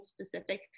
specific